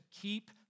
keep